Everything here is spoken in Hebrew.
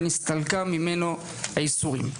ונסתלקה ממנו הייסורים.